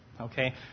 okay